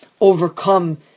overcome